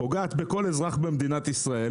פוגעת בכל אזרח במדינת ישראל,